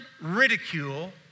ridicule